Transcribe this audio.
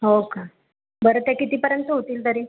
हो का बरं त्या कितीपर्यंत होतील तरी